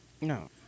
No